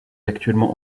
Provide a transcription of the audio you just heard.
actuellement